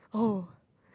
oh